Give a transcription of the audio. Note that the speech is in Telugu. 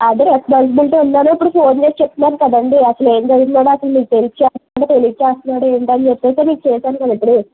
అదే రెస్పాన్సిబిలిటీ ఉందనే ఇప్పుడు ఫోన్ చేసి చెప్తున్నాను కదండీ అసలు ఎం చదువుతున్నాడు అసలు మీకు తెలిసి చేస్తున్నాడా తెలీక చేస్తున్నాడా ఏంటి అని చెప్పి మీకు చేశాను కదా ఇప్పుడూ